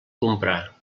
comprar